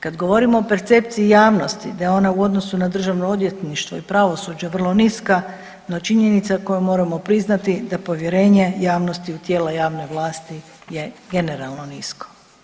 Kad govorimo o percepciji javnosti da je ona u odnosu na državno odvjetništvo i pravosuđe vrlo niska, no činjenica koju moramo priznati da povjerenje javnosti u tijela javne vlasti je generalno nisko.